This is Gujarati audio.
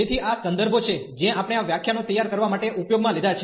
તેથી આ સંદર્ભો છે જે આપણે આ વ્યાખ્યાનો તૈયાર કરવા માટે ઉપયોગમાં લીધા છે